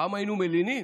פעם היינו מלינים.